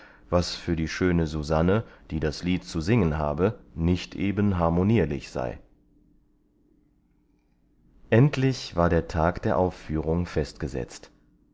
was für die schöne susanne die das lied zu singen habe nicht eben harmonierlich sei endlich war der tag der aufführung festgesetzt